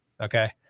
okay